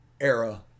era